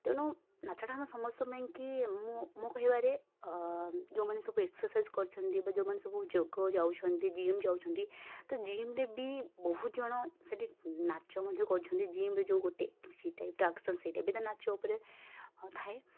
ତେଣୁ ନାଚଟା ଆମ ସମସ୍ତଙ୍କ ପାଇଁକି ମୁଁ ମୁଁ କହିବାରେ ଯେଉଁମାନେ ସବୁ ଏକ୍ସସାଇଜ୍ କରୁଛନ୍ତି ଯେଉଁମାନେ ସବୁ ଯୋଗ ଯାଉଛନ୍ତି ଜିମ୍ ଯାଉଛନ୍ତି ତ ଜିମ୍ରେ ବି ବହୁତ ଜଣ ସେଇଠି ନାଚ ମଧ୍ୟ କରୁଛନ୍ତି ଜିମ୍ରେ ଯେଉଁ ଗୋଟେ ସେଇ ଟାଇପ୍ର ଆକ୍ସନ୍ ସେଇଟା ବି ତ ନାଚ ଉପରେ ହଁ ଥାଏ